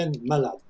malade